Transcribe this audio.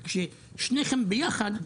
כששניכם ביחד,